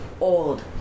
old